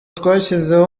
twashyizeho